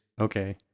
Okay